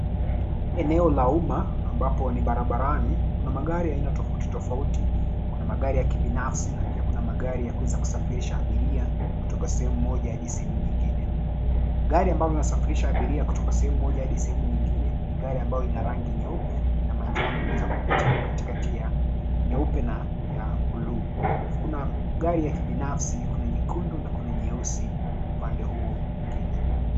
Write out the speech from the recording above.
Eneo la umma ambapo ni barabarani kuna magari aina tofauti tofauti, kuna magari ya kibinafsi na pia kuna magari ya kuweza kusafirisha abiria kutoka sehemu moja hadi sehemu nyingine. Gari ambalo linasafirisha abiria kutoka sehemu moja hadi sehemu nyingine ni gari ambayo ina rangi nyeupe na ina manjano inaweza kupita kati kati ya nyeupe na ya bluu. Kuna gari ya kibinafsi, kuna nyekundu na kuna nyeusi upande huo mwingine.